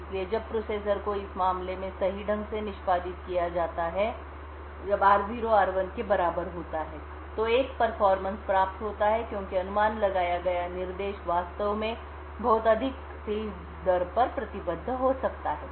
इसलिए जब प्रोसेसर को इस मामले में सही ढंग से निष्पादित किया जाता है जब r0 r1 के बराबर होता है तो एक प्रदर्शनपरफॉर्मेंस प्राप्त होता है क्योंकि अनुमान लगाया गया निर्देश वास्तव में बहुत अधिक तेज दर पर प्रतिबद्ध हो सकता है